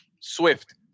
Swift